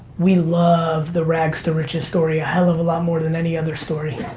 we love the rags to riches story a hell of a lot more than any other story.